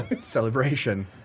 Celebration